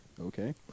Okay